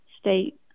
State